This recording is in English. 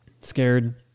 scared